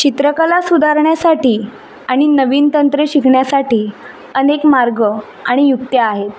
चित्रकला सुधारण्यासाठी आणि नवीन तंत्र शिकण्यासाठी अनेक मार्ग आणि युक्त्या आहेत